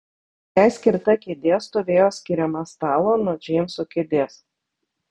jai skirta kėdė stovėjo skiriama stalo nuo džeimso kėdės